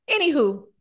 anywho